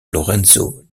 lorenzo